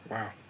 Wow